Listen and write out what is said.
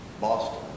Boston